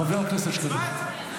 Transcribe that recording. חבר הכנסת שקלים.